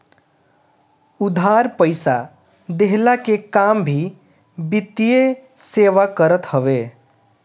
उधार पईसा देहला के काम भी वित्तीय सेवा करत हवे